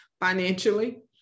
financially